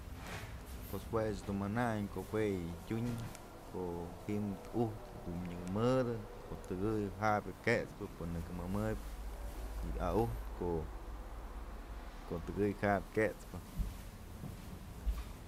Pues juëch dun manayn ko'o jue yë tyunko'o ji'im ujt's dun nyëkë mëdë ko'o tëkëy jabyë ket'spë pues nëkë mëmëbyë y a'ujtë ko'o tëkëy jabyë kët'spë.